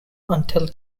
until